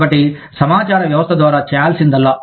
కాబట్టి సమాచార వ్యవస్థ ద్వారా చేయాల్సిందల్లా